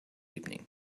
evening